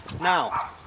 Now